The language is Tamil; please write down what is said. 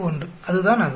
571 அதுதான் அது